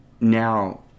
now